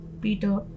Peter